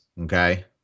okay